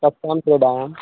कस्मिन् क्रीडायां